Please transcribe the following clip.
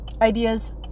ideas